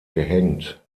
gehängt